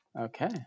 okay